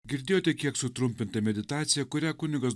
girdėjote kiek sutrumpintą meditaciją kurią kunigas